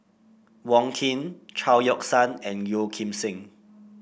Wong Keen Chao Yoke San and Yeo Kim Seng